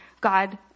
God